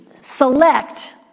select